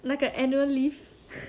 那个 annual leave